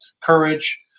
courage